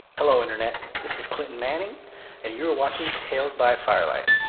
hello internet, this is clinton manning and you were watching tales by firelight